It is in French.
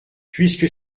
puisque